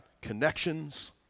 connections